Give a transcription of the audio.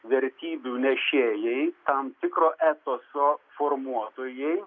vertybių nešėjai tam tikro etoso formuotojai